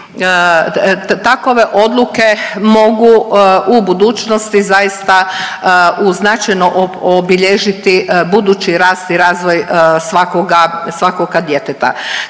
takove odluke mogu u budućnosti zaista u značajno obilježiti budući rast i razvoj svakoga djeteta.